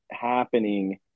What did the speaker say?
happening